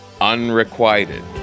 Unrequited